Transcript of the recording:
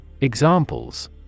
Examples